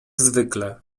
zwykle